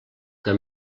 que